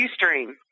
Ustream